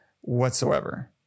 whatsoever